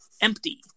empty